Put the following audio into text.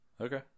Okay